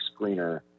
screener